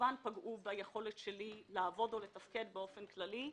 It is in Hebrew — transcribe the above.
שכמובן פגעו ביכולת שלי לעבוד ולתפקד באופן כללי.